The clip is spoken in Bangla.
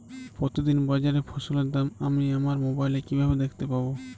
প্রতিদিন বাজারে ফসলের দাম আমি আমার মোবাইলে কিভাবে দেখতে পাব?